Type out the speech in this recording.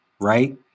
right